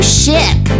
ship